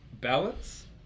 balance